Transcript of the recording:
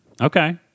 Okay